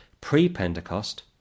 Pre-Pentecost